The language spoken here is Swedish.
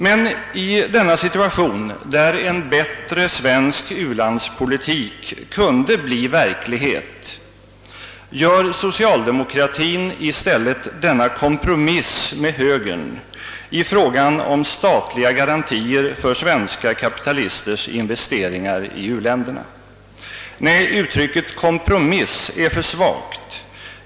"Men i denna situation, där en bättre svensk u-landspolitik kunde bli verklighet, gör socialdemokratin i stället denna kompromiss med högern i fråga om statliga garantier för svenska kapitalisters investeringar i u-länderna. Nej, uttrycket kompromiss är för svagt.